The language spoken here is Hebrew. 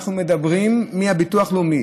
אנחנו מדברים על הביטוח הלאומי.